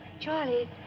Charlie